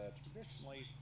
traditionally